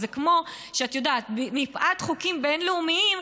זה כמו שמפאת חוקים בין-לאומיים,